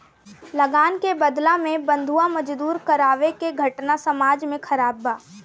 लगान के बदला में बंधुआ मजदूरी करावे के घटना समाज में खराब बा